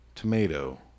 tomato